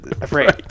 afraid